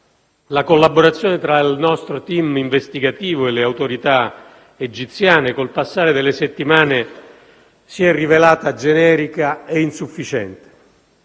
la collaborazione tra il nostro *team* investigativo e le Autorità egiziane, con il passare delle settimane, si è rivelata generica ed insufficiente.